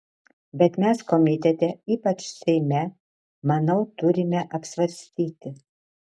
bet mes komitete ypač seime manau turime apsvarstyti